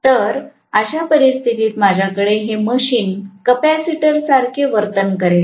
तर अशा परिस्थितीत माझ्याकडील हे मशीन कपॅसिटरसारखे वर्तन करेल